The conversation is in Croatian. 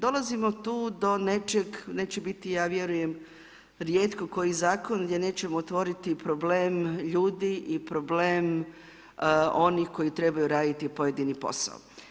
Dolazimo tu do nečeg, neće biti ja vjerujem rijetko koji zakon, gdje nećemo otvoriti problem ljudi i problem onih koji trebaju raditi pojedini posao.